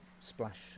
splash